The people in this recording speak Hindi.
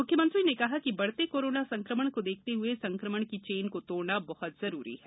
मुख्यमंत्री ने कहा कि बढ़ते कोरोना संक्रमण को देखते हुए संक्रमण की चेन को तोड़ना बहुत आवश्यक है